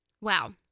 Wow